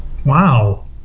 Wow